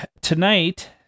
tonight